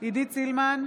עידית סילמן,